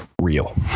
real